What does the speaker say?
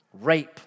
rape